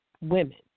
women